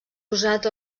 usat